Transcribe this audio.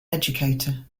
educator